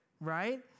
right